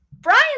brian